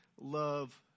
love